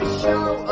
show